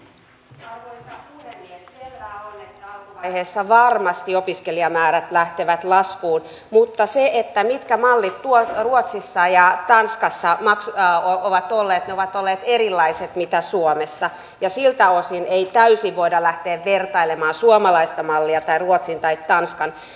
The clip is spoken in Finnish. selvää on että alkuvaiheessa varmasti opiskelijamäärät lähtevät laskuun mutta mallit mitkä ruotsissa ja tanskassa ovat olleet ovat olleet erilaiset kuin suomessa ja siltä osin ei täysin voida lähteä vertailemaan suomalaista mallia tai ruotsin tai tanskan